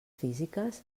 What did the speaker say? físiques